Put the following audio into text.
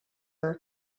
are